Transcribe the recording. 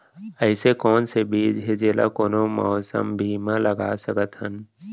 अइसे कौन बीज हे, जेला कोनो मौसम भी मा लगा सकत हन?